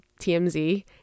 TMZ